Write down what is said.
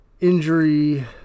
injury